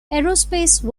aerospace